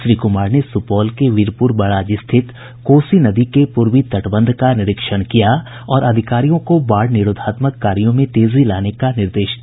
श्री कुमार ने सुपौल के वीरपुर बराज स्थित कोसी नदी के पूर्वी तटबंध का निरीक्षण किया और अधिकारियों को बाढ़ निरोधात्मक कार्यों में तेजी लाने का निर्देश दिया